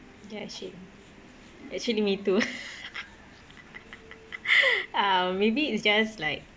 ya actually actually me too um maybe it's just like